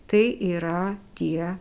tai yra tie